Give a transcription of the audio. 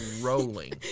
rolling